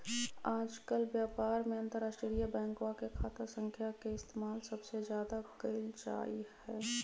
आजकल व्यापार में अंतर्राष्ट्रीय बैंकवा के खाता संख्या के इस्तेमाल सबसे ज्यादा कइल जाहई